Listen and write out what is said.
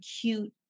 cute